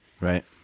Right